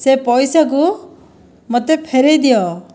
ସେ ପଇସାକୁ ମୋତେ ଫେରାଇ ଦିଅ